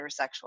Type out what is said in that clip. heterosexual